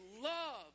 love